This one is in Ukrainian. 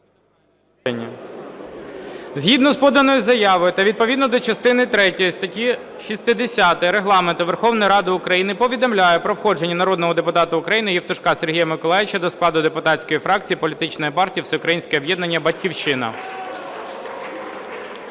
Згідно з поданою заявою та відповідно до частини третьої статті 60 Регламенту Верховної Ради України повідомляю про входження народного депутата України Євтушка Сергія Миколайовича до складу депутатської фракції політичної партії "Всеукраїнське об'єднання "Батьківщина".